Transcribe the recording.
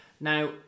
Now